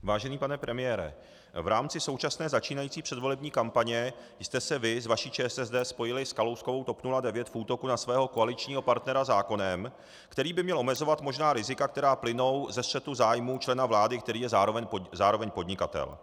Vážený pane premiére, v rámci současné začínající předvolební kampaně jste se vy s vaší ČSSD spojili s Kalouskovou TOP 09 v útoku na svého koaličního partnera zákonem, který by měl omezovat možná rizika, která plynou ze střetu zájmů člena vlády, který je zároveň podnikatel.